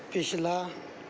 ਪਿਛਲਾ